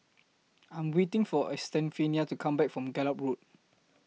I Am waiting For Estefania to Come Back from Gallop Road